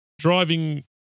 driving